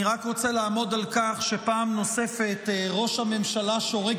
אני רק רוצה לעמוד על כך שפעם נוספת ראש הממשלה שורק